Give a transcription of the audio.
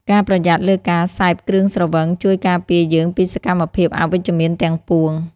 ការប្រយ័ត្នលើការសេពគ្រឿងស្រវឹង ជួយការពារយើងពីសកម្មភាពអវិជ្ជមានទាំងពួង។